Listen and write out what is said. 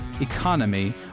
economy